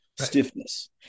Stiffness